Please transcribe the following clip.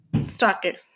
started